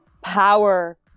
power